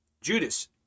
judas